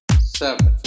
seven